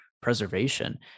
preservation